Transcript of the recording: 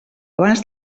abans